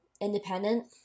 independent